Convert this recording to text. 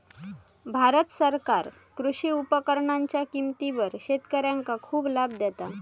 भारत सरकार कृषी उपकरणांच्या किमतीवर शेतकऱ्यांका खूप लाभ देता